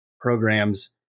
programs